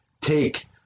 take